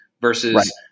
versus